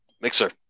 Mixer